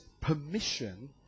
permission